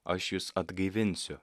aš jus atgaivinsiu